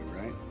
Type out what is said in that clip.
right